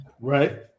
right